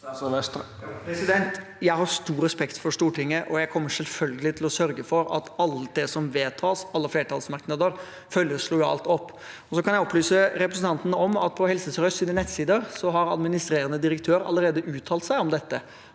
Jeg har stor respekt for Stortinget, og jeg kommer selvfølgelig til å sørge for at alt det som vedtas, og alle flertallsmerknader, følges lojalt opp. Så kan jeg opplyse representanten om at på Helse sør-østs nettsider har administrerende direktør allerede uttalt seg om dette.